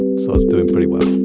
so it's doing pretty well